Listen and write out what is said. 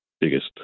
biggest